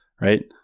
right